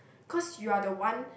cause you are the one